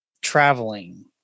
Traveling